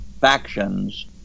factions